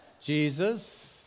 Jesus